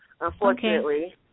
unfortunately